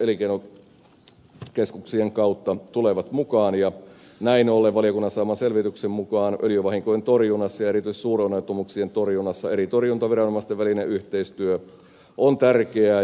elinkeinokeskuksien kautta tulevat mukaan ja näin ollen valiokunnan saaman selvityksen mukaan öljyvahinkojen torjunnassa ja erityisesti suuronnettomuuksien torjunnassa eri torjuntaviranomaisten välinen yhteistyö on tärkeää